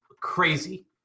crazy